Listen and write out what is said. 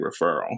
referral